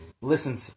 Listen